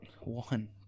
One